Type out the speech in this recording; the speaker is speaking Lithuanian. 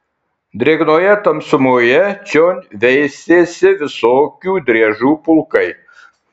drėgnoje tamsumoje čion veisėsi visokių driežų pulkai